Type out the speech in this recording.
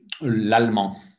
l'allemand